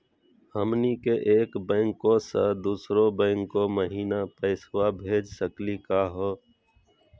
हमनी के एक बैंको स दुसरो बैंको महिना पैसवा भेज सकली का हो?